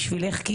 בשבילך,